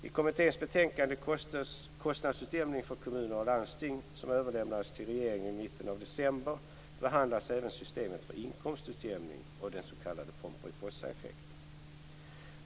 I kommitténs betänkande, Kostnadsutjämning för kommuner och landsting , som överlämnades till regeringen i mitten av december behandlas även systemet för inkomstutjämning och den s.k. Pomperipossaeffekten.